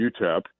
UTEP